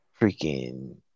freaking